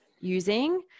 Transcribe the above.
using